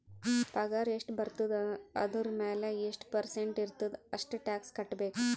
ಪಗಾರ್ ಎಷ್ಟ ಬರ್ತುದ ಅದುರ್ ಮ್ಯಾಲ ಎಷ್ಟ ಪರ್ಸೆಂಟ್ ಇರ್ತುದ್ ಅಷ್ಟ ಟ್ಯಾಕ್ಸ್ ಕಟ್ಬೇಕ್